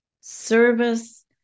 service